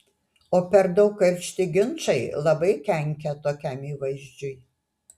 o per daug karšti ginčai labai kenkia tokiam įvaizdžiui